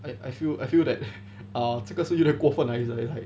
I feel I feel that uh 这个是有点过分来的 like